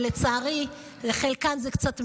לצערי לחלקן זה קצת מאוחר,